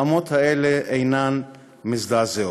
האמות האלה אינן מזדעזעות.